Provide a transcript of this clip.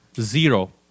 zero